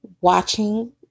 watching